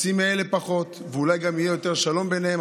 יוציא מאלה פחות, ואולי גם יהיה יותר שלום ביניהם.